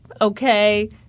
Okay